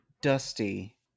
dusty